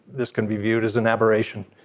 this can be viewed as an aberration.